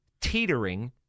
teetering